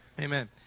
amen